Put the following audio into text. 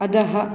अधः